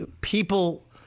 People